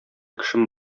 кешем